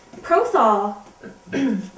Prothol